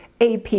AP